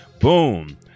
Boom